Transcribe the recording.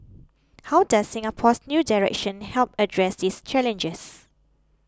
how does Singapore's new direction help address these challenges